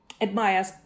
admires